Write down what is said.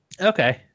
Okay